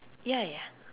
ya ya